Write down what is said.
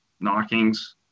knockings